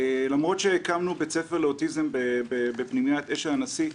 למרות שהקמנו בית ספר לאוטיזם בפנימיית "אשל הנשיא",